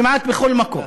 כמעט בכל מקום.